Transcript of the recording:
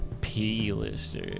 P-lister